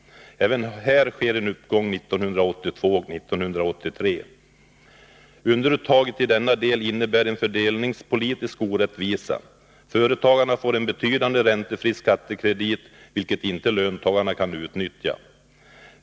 Även här sker en uppgång 1982 och 1983. Underuttaget i denna del innebär en fördelningspolitisk orättvisa. Företagarna får en betydande räntefri skattekredit, vilket inte löntagarna kan utnyttja.